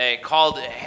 called